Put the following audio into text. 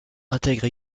intègre